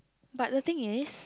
but the thing is